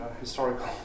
historical